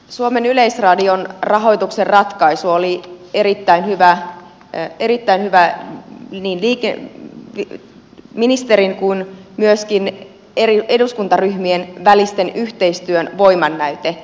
suomen yleisradion rahoituksen ratkaisu oli erittäin hyvä niin ministerin kuin myöskin eduskuntaryhmien välisen yhteistyön voimannäyte